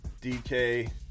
DK